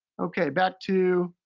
okay, back to